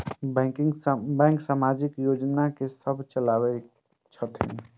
Bank समाजिक योजना की सब चलावै छथिन?